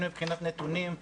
הן מבחינת נתונים,